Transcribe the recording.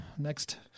Next